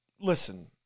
listen